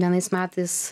vienais metais